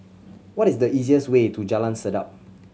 what is the easiest way to Jalan Sedap